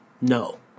No